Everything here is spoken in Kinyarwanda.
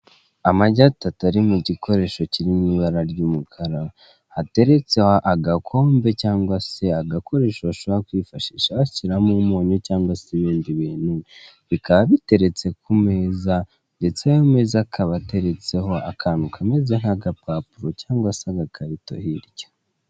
Amagi atatu ari mu gikoresho kiri mu ibara ry'umukara, hateretseho agakombe cyangwa se agakoresho bashobora kwifashisha bashyiramo umunyu cyangwa se ibindi bintu, bikaba biteretse ku meza ndetse ayo meza akaba ateretseho akantu kameze nk'agapapuro cyangwa se agakarito hirya.